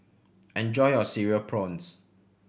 enjoy your Cereal Prawns